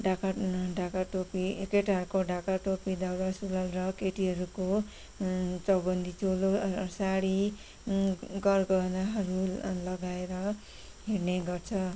ढाका ढाका टोपी केटाहरूको ढाका टोपी दौरा सुरुवाल र केटीहरूको चौबन्दी चोलो साडी गरगहनाहरू लगाएर हिँड्ने गर्छ